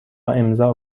امضاء